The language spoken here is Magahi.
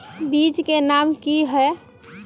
बीज के नाम की है?